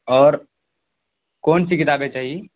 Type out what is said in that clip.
اور کون سی کتابیں چاہیے